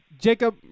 Jacob